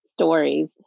stories